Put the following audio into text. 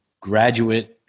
graduate